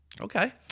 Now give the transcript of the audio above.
Okay